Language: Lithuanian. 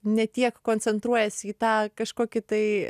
ne tiek koncentruojasi į tą kažkokį tai